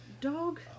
Dog